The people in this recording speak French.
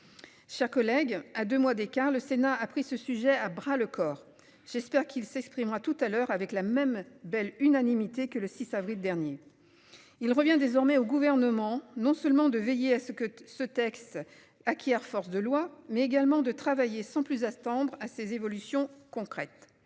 Chers collègues, à deux mois d'écart, le Sénat a pris ce sujet à bras le corps. J'espère qu'il s'exprimera tout à l'heure avec la même belle unanimité que le 6 avril dernier. Il revient désormais au gouvernement, non seulement de veiller à ce que ce texte acquiert force de loi, mais également de travailler sans plus attendre à ces évolutions concrètes.